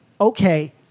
okay